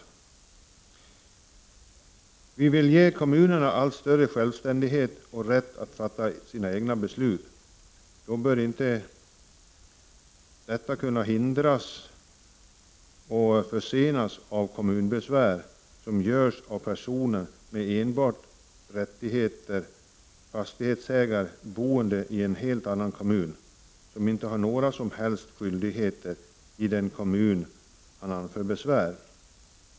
När vi vill ge kommunerna allt större självständighet och rätt att fatta sina egna beslut, bör inte detta kunna hindras och försenas av kommunbesvär som anförs av personer med enbart rättigheter. Fastighetsägare boende i en helt annan kommun har inte några som helst skyldigheter i den kommun där han anför besvär.